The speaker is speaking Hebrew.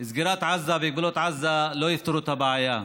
סגירת עזה וגבולות עזה לא תפתור את הבעיה.